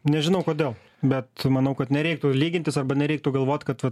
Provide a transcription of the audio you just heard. nežinau kodėl bet manau kad nereiktų lygintis arba nereiktų galvot kad vat